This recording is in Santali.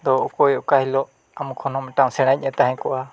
ᱟᱫᱚ ᱚᱠᱚᱭ ᱚᱠᱟ ᱦᱤᱞᱳᱜ ᱟᱢ ᱠᱷᱚᱱ ᱦᱚᱸ ᱢᱤᱫᱴᱮᱱ ᱥᱮᱬᱟᱭᱤᱡᱼᱮ ᱛᱟᱦᱮᱸ ᱠᱚᱜᱼᱟ